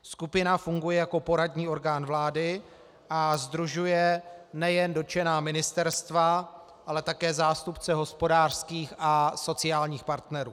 Skupina funguje jako poradní orgán vlády a sdružuje nejen dotčená ministerstva, ale také zástupce hospodářských a sociálních partnerů.